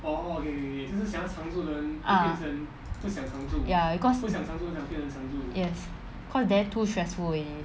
ah ya because yes cause there too stressful already